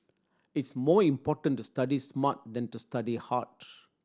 it's more important to study smart than to study hard